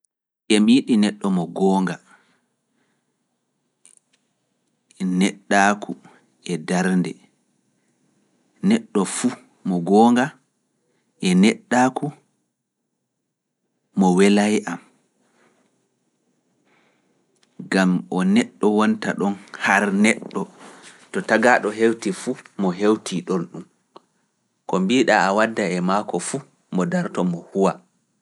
Emi yiɗi neɗɗo mo goonga, neɗɗaaku e darnde, neɗɗo fuu mo goonga e neɗɗaaku mo wela e am. Gam o neɗɗo wonta ɗon har neɗɗo to tagaaɗo hewti fuu mo hewti ɗon ɗum. Ko mbiiɗaa a wadda e maako fuu mo dartomo huwa.